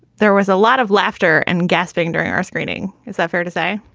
there was a lot of laughter and gasping during our screening. is that fair to say?